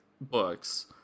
books